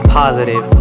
positive